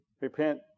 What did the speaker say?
Repent